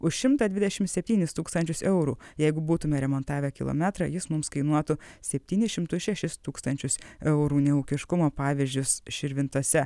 už šimtą dvidešimt septynis tūkstančius eurų jeigu būtume remontavę kilometrą jis mums kainuotų septynis šimtus šešis tūkstančius eurų neūkiškumo pavyzdžius širvintose